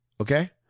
Okay